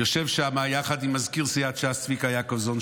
שיושב שם יחד עם מזכיר סיעת ש"ס צביקה יעקובזון,